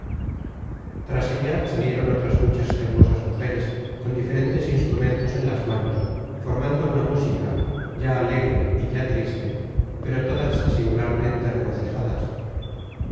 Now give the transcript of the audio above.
tras ella salieron otras muchas hermosas mujeres con diferentes instrumentos en las manos formando una música ya alegre y ya triste pero todas singularmente regocijadas